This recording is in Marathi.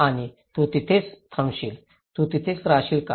आणि तू तिथेच थांबशील तू तिथेच राहशील का